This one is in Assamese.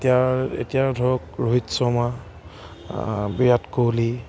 এতিয়া এতিয়াও ধৰক ৰোহিত শৰ্মা বিৰাট কোহলি